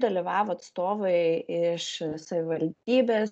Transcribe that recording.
dalyvavo atstovai iš savivaldybės